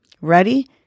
Ready